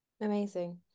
Amazing